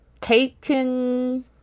taken